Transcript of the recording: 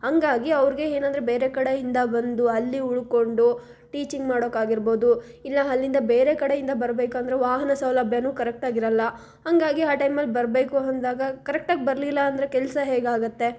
ಹಂಗಾಗಿ ಅವ್ರಿಗೆ ಏನಂದ್ರೆ ಬೇರೆ ಕಡೆಯಿಂದ ಬಂದು ಅಲ್ಲಿ ಉಳ್ಕೊಂಡು ಟೀಚಿಂಗ್ ಮಾಡೋಕಾಗಿರ್ಬೋದು ಇಲ್ಲ ಅಲ್ಲಿಂದ ಬೇರೆ ಕಡೆಯಿಂದ ಬರ್ಬೇಕಂದ್ರೆ ವಾಹನ ಸೌಲಭ್ಯವೂ ಕರೆಕ್ಟಾಗಿರೋಲ್ಲ ಹಂಗಾಗಿ ಆ ಟೈಮಲ್ಲಿ ಬರಬೇಕು ಅಂದಾಗ ಕರೆಕ್ಟಾಗಿ ಬರಲಿಲ್ಲ ಅಂದರೆ ಕೆಲಸ ಹೇಗಾಗುತ್ತೆ